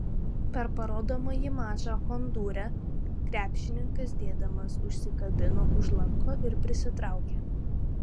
per parodomąjį mačą hondūre krepšininkas dėdamas užsikabino už lanko ir prisitraukė